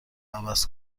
عوض